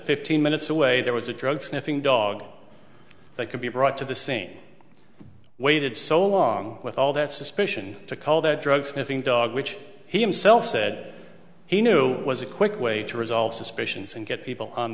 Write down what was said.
fifteen minutes away there was a drug sniffing dog they could be brought to the scene waited so long with all that suspicion to call that drug sniffing dog which he himself said he knew was a quick way to resolve suspicions and get people on